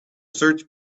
search